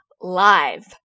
live